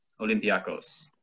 Olympiacos